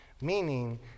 meaning